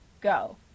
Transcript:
go